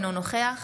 אינו נוכח